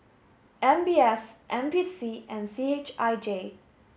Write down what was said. M B S N P C and C H I J